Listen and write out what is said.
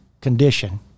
condition